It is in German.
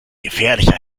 gefährlicher